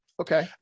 Okay